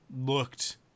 looked